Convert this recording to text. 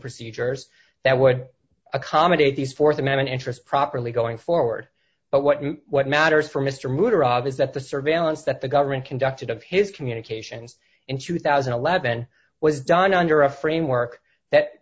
procedures that would accommodate these th amendment interests properly going forward but what what matters for mister moody is that the surveillance that the government conducted of his communications in two thousand and eleven was done under a framework that